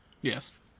Yes